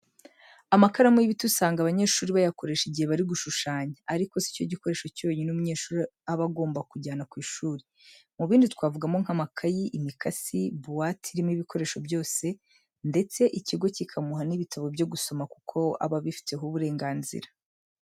Amakaramu y'ibiti usanga abanyeshuri bayakoresha igihe baba bari gushushanya. Ariko, si cyo gikoresho cyonyine umunyeshuri aba agomba kujyana ku ishuri. Mu bindi twavugamo nk'amakayi, imikasi, buwate irimo ibikoresho byose, ndetse ikigo kikamuha n'ibitabo byo gusoma kuko aba abifiteho uburenganzira.